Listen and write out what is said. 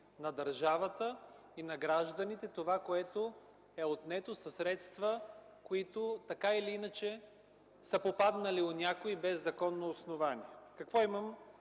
на държавата и гражданите това, което е отнето със средства, които, така или иначе , са попаднали у някой без законно основание. Какво имам